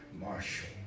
Marshall